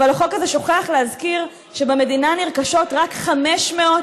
אבל החוק הזה שוכח להזכיר שבמדינה נרכשות רק 500,